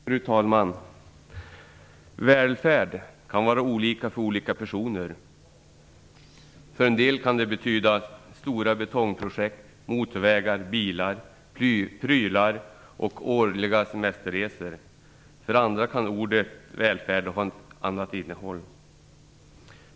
Fru talman! Välfärden kan vara olika för olika personer. För en del kan det betyda stora betongprojekt, motorvägar, bilar, prylar och årliga semesterresor. För andra kan ordet välfärd ha ett annat innehåll.